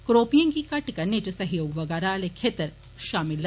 करोपिएं गी घट्ट करने च सहयोग बगैह्रा आहले खेत्तर शामल न